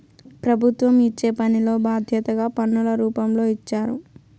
ప్రభుత్వం ఇచ్చే పనిలో బాధ్యతగా పన్నుల రూపంలో ఇచ్చారు